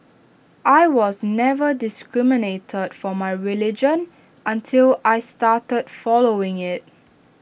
I was never discriminated for my religion until I started following IT